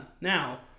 Now